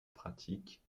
pratique